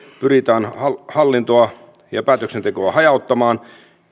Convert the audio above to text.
pyritään hallintoa ja päätöksentekoa hajauttamaan